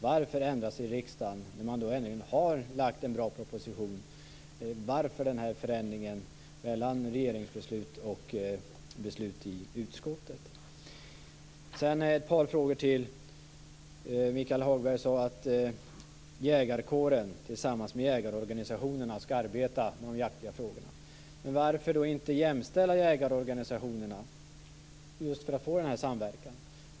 Varför ändrar sig riksdagen när regeringen har lagt fram en bra proposition? Varför den här förändringen mellan regeringsbeslut och beslut i utskottet? Ett par frågor till. Michael Hagberg sade att jägarkåren tillsammans med jägarorganisationerna ska arbeta med de jaktliga frågorna. Varför då inte jämställa jägarorganisationerna för att just få denna samverkan?